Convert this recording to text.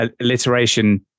alliteration